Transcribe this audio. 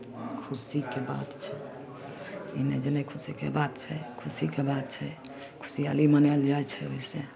खुशीके बात छै ई नहि जे नहि खुशीके बात छै खुशीके बात छै खुशिआली मनाएल जाइ छै ओहिसँ